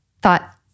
Thought